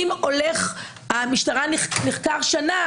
אם המשטרה בחקירה שנה,